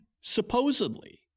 supposedly